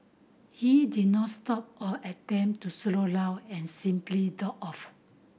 he did not stop or attempt to slow down and simply drove off